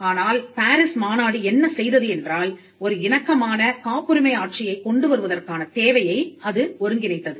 ஆனால் பாரிஸ் மாநாடு என்ன செய்தது என்றால் ஒரு இணக்கமான காப்புரிமை ஆட்சியைக் கொண்டு வருவதற்கான தேவையை அது ஒருங்கிணைத்தது